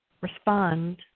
respond